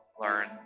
learn